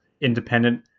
independent